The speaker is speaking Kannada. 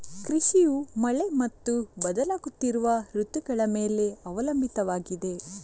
ಕೃಷಿಯು ಮಳೆ ಮತ್ತು ಬದಲಾಗುತ್ತಿರುವ ಋತುಗಳ ಮೇಲೆ ಅವಲಂಬಿತವಾಗಿದೆ